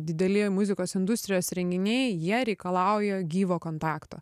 dideli muzikos industrijos renginiai jie reikalauja gyvo kontakto